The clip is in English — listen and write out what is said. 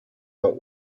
out